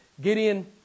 Gideon